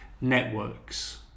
networks